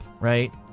right